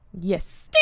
Yes